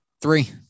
Three